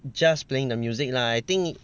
just playing the music lah I think